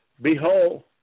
Behold